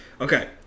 okay